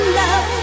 love